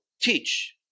teach